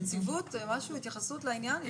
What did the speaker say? נציבות, יש התייחסות לעניין?